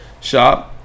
shop